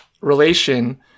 relation